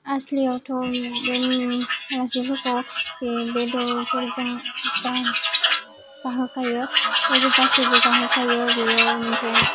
आसलियावथ' बे आलासिफोरखौ बे बेदरफोरजों जा जाहोखायो आरो गासिबो जाहोखायो बियो मोनसे